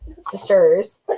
sisters